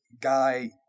guy